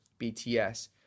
BTS